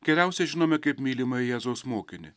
geriausiai žinome kaip mylimą jėzaus mokinį